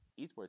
esports